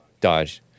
Dodge